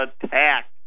attack